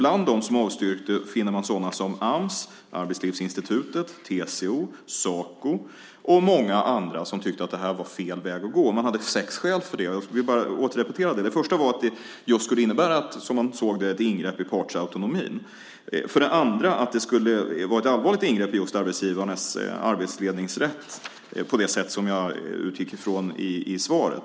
Bland dem som avstyrkte finner man Ams, Arbetslivsinstitutet, TCO, Saco och många andra. De tyckte att det var fel väg att gå, och de hade sex skäl för det. Låt mig repetera dem. Det första skälet var att det skulle innebära, som de såg det, ett ingrepp i partsautonomin. Det andra var att det skulle vara ett allvarligt ingrepp i arbetsgivarens arbetsledningsrätt på det sätt som jag utgick ifrån i svaret.